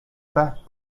best